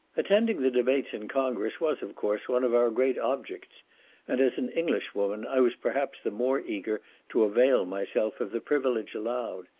attending the debates in congress was, of course, one of our great objects and, as an english woman, i was perhaps the more eager to avail myself of the privilege allowed.